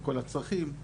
כל הצרכים.